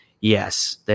yes